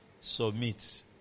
Submit